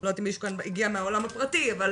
לא יודעת אם מישהו כאן הגיע מהעולם הפרטי, אבל